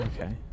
Okay